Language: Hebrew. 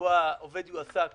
שבו העובד יועסק